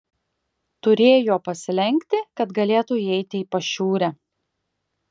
turėjo pasilenkti kad galėtų įeiti į pašiūrę